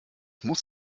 muss